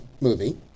movie